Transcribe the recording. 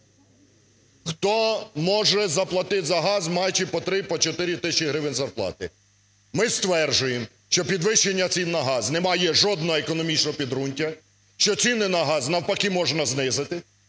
Хто може заплатити за газ, маючи по три і по чотири тисячі зарплати? Ми стверджуємо, що підвищення цін на газ не має жодного економічного підґрунтя, що ціни на газ навпаки можна знизити